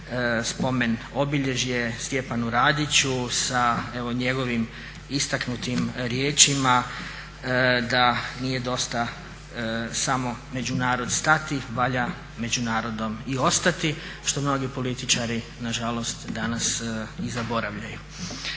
spomen obilježje Stjepanu Radiću sa njegovim istaknutim riječima da "Nije dosta samo među narod stati, valja među narodom i ostati" što mnogi političari nažalost danas i zaboravljaju.